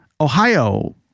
Ohio